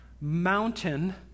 mountain